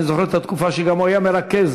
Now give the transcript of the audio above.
אני זוכר גם את התקופה שהוא היה מרכז